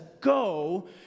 go